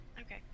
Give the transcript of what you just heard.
okay